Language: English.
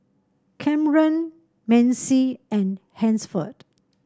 Camren Macy and Hansford